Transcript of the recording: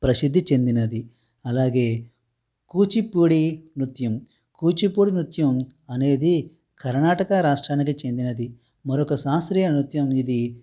ప్రసిద్ది చెందినది అలాగే కూచిపూడి నృత్యం కూచిపూడి నృత్యం అనేది కర్ణాటక రాష్ట్రానికి చెందినది మరొక శాస్త్రీయ నృత్యం ఇది